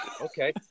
Okay